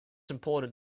important